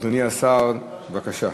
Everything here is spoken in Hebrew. אדוני השר, בבקשה.